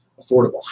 affordable